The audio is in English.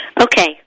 Okay